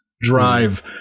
drive